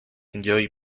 joy